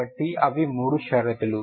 కాబట్టి అవి మూడు షరతులు